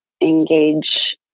engage